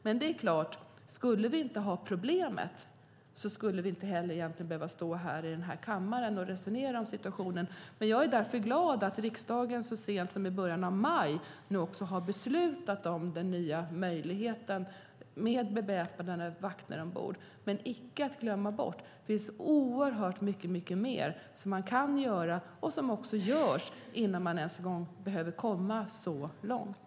Men det är klart: Skulle inte problemet finnas skulle vi inte heller behöva stå här i kammaren och resonera om situationen. Jag är glad att riksdagen beslutat om den nya möjligheten med beväpnade vakter ombord - dock så sent som i början av maj. Men icke att förglömma finns det oerhört mycket mer som man kan göra och som också görs innan man behöver komma så långt.